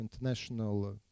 international